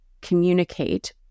communicate